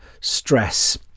stress